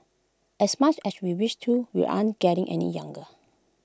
as much as we wish to we aren't getting any younger